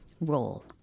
role